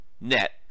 net